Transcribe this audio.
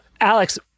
Alex